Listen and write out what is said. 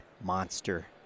Monster